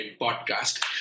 podcast